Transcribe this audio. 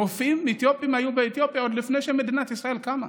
רופאים אתיופים היו באתיופיה עוד לפני שמדינת ישראל קמה.